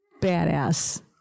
badass